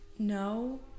No